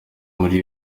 muri